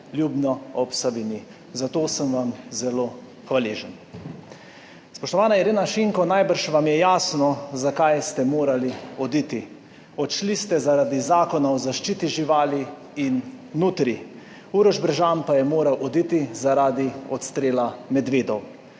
Ljubno ob Savinji. Za to sem vam zelo hvaležen. Spoštovana Irena Šinko, najbrž vam je jasno, zakaj ste morali oditi. odšli ste zaradi Zakona o zaščiti živali in nutrij. Uroš Bržan pa je moral oditi zaradi odstrela medvedov.